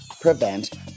prevent